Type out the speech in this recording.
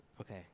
Okay